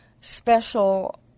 special